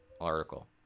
article